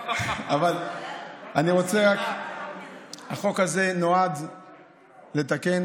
אבל החוק הזה נועד לתקן